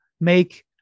make